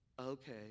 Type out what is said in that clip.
okay